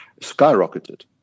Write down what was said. skyrocketed